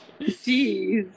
Jeez